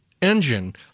engine